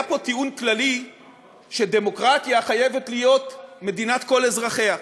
היה פה טיעון כללי שדמוקרטיה חייבת להיות מדינת כל אזרחיה,